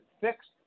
fixed